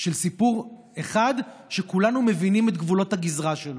של סיפור אחד שכולנו מבינים את גבולות הגזרה שלו.